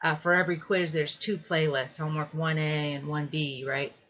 ah for every quiz there's two playlists homework one a and one b right?